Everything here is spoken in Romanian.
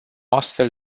astfel